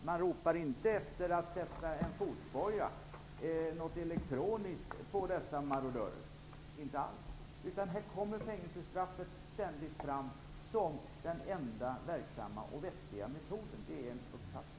Man ropar inte efter att det skall sättas en fotboja, något elektroniskt, på dessa marodörer. Då kommer fängelsestraffet ständigt fram som den enda verksamma och vettiga metoden. Det är en uppfattning.